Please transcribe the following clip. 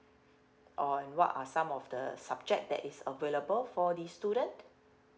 or what are some of the subject that is available for the student